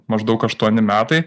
maždaug aštuoni metai